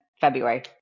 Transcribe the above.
February